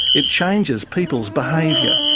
it changes people's behaviour.